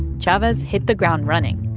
chavez hit the ground running.